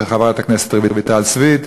ואת חברת הכנסת רויטל סויד,